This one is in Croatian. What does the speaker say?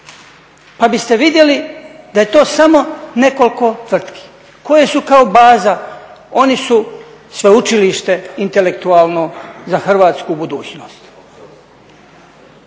pa biste vidjeli da je to samo nekoliko tvrtki koje su kao baza, oni su sveučilište intelektualno za hrvatsku budućnost.